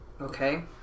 Okay